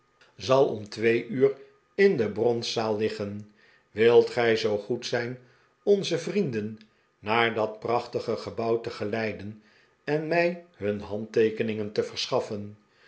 zal om twee de pickwick club uur in de bronzaal liggen wilt gij zoo goed zijn onze vrienden naar dat prachtige gebouw te geleiden en mij hun handteekeningen te verschaffen